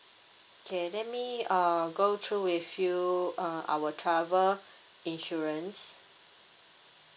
okay let me uh go through with you uh our travel insurance